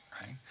right